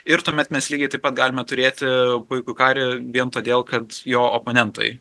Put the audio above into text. ir tuomet mes lygiai taip pat galime turėti puikų karį vien todėl kad jo oponentai